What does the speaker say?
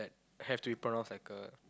have to pronounce like a